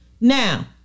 Now